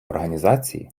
організації